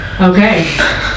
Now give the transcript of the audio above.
Okay